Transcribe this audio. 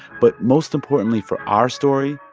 but most importantly for our story,